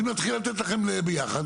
אז אם נתחיל לתת לכם ביחד,